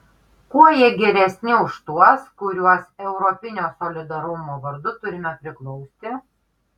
kuo jie geresni už tuos kuriuos europinio solidarumo vardu turime priglausti